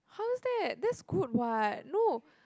how is that that's good what look